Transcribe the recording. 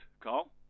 carl